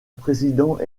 président